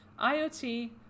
IoT